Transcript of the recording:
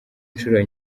inshuro